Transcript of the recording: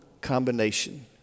combination